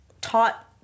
taught